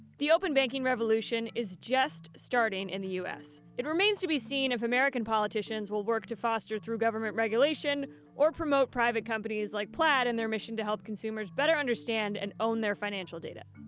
the open banking revolution is just starting in the u s. it remains to be seen if american politicians will work to foster through government regulation or promote private companies like plaid and their mission to help consumers better understand and own their financial data.